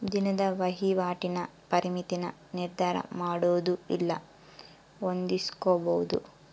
ದಿನದ ವಹಿವಾಟಿನ ಪರಿಮಿತಿನ ನಿರ್ಧರಮಾಡೊದು ಇಲ್ಲ ಹೊಂದಿಸ್ಕೊಂಬದು